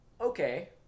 okay